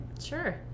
Sure